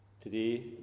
Today